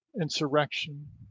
insurrection